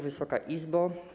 Wysoka Izbo!